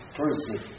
person